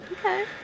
Okay